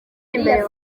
imbere